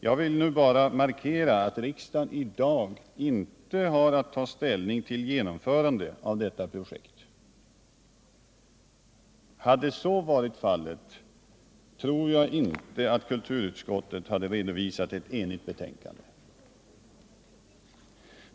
Jag vill bara markera att riksdagen i dag inte har att ta ställning till ett genomförande av detta projekt. Hade så varit fallet, tror jag att kulturutskottet inte hade redovisat ett enhälligt betänkande.